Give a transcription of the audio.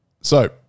So-